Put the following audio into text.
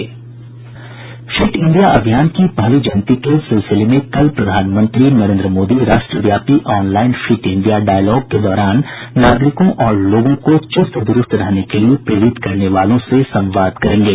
fit India अभियान की पहली जयंती के सिलसिले में कल प्रधानमंत्री नरेन्द्र मोदी राष्ट्रव्यापी ऑनलाइन फिटइंडिया डायलॉग के दौरान नागरिकों और लोगों को चूस्त द्रूस्त रहने के लिए प्रेरित करने वालों से संवाद करेंगे